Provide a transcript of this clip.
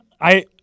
I-